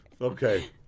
Okay